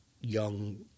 young